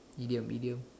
idiom idiom